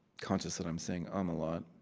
conscious that i'm saying um a lot.